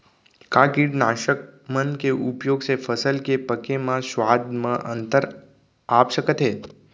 का कीटनाशक मन के उपयोग से फसल के पके म स्वाद म अंतर आप सकत हे?